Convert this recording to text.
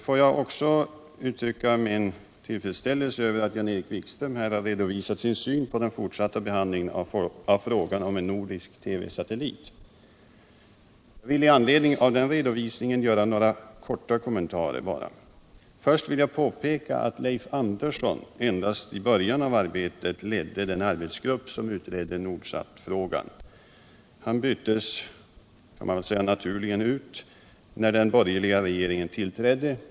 Får jag också uttrycka min tillfredsställelse över att Jan-Erik Wikström här redovisat sin syn på den fortsatta behandlingen av frågan om en nordisk TV satellit. Jag vill i anledning av den redovisningen göra några korta kommentarer. Först vill jag påpeka att Leif Andersson endast i början av arbetet ledde den arbetsgrupp som utredde frågan. Han byttes naturligen ut när den borgerliga regeringen tillträdde.